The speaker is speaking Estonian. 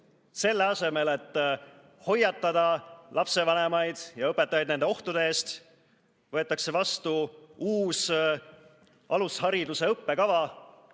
Selle asemel, et hoiatada lapsevanemaid ja õpetajaid nende ohtude eest, võetakse vastu uus alushariduse õppekava,